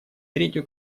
третью